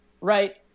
right